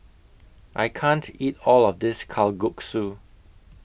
I can't eat All of This Kalguksu